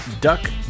duck